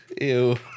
Ew